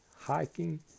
hiking